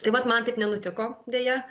tai vat man taip nenutiko deja